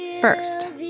First